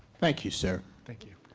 thank you, sir. thank you.